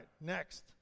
next